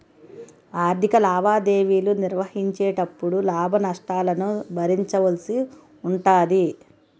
ఆర్ధిక లావాదేవీలు నిర్వహించేటపుడు లాభ నష్టాలను భరించవలసి ఉంటాది